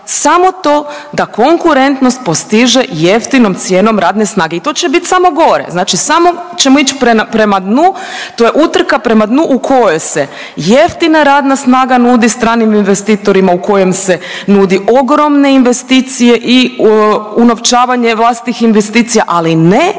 samo to da konkurentnost postiže jeftinom cijenom radne snage i to će bit samo gore. Znači samo ćemo ići prema dnu. To je utrka prema dnu u kojoj se jeftina radna snaga nudi stranim investitorima u kojem se nude ogromne investicije i unovčavanje vlastitih investicija, ali ne